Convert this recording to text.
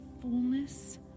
fullness